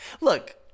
Look –